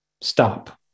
stop